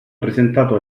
presentato